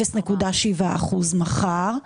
0.7% מחר.